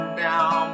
down